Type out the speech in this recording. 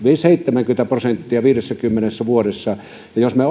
seitsemänkymmentä prosenttia viidessäkymmenessä vuodessa ja jos me